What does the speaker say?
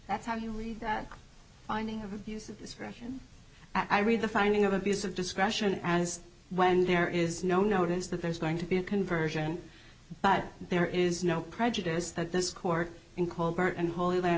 that's how you read that finding of abuse of discretion i read the finding of abuse of discretion as when there is no notice that there's going to be a conversion but there is no prejudice that this court in colder and holy land